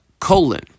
colon